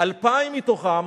2,000 מתוכם